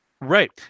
Right